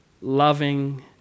loving